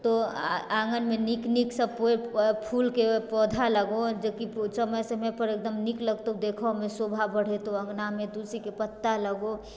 तौं आँगनमे नीक नीक सब पेड़ फूलके पौधा लगो जेकि समय समयपर एकदम नीक लगतौ देखैमे शोभा बढ़तौ अँगनामे तुलसीके पत्ता लगो